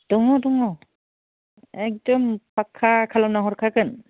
दङ दङ एकदम पाक्का खालामना हरखागोन